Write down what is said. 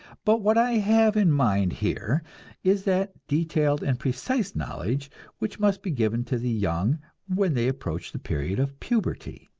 but what i have in mind here is that detailed and precise knowledge which must be given to the young when they approach the period of puberty.